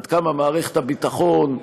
עד כמה מערכת הביטחון,